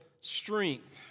strength